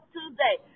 Tuesday